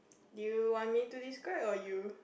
you want me to describe or you